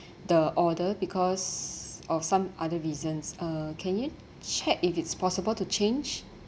the order because of some other reasons uh can you check if it's possible to change